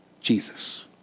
Jesus